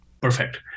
Perfect